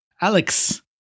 Alex